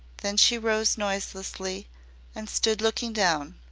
then she rose noiselessly and stood looking down,